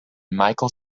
michael